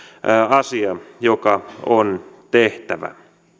asia joka on tehtävä